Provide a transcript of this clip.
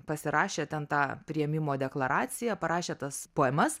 pasirašė ten tą priėmimo deklaraciją parašė tas poemas